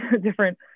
different